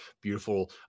beautiful